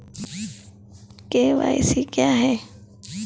KYC क्या हैं?